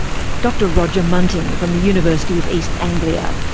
dr roger munting from the university of east anglia.